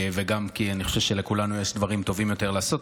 וגם כי אני חושב שלכולנו יש דברים טובים יותר לעשות.